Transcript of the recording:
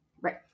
Right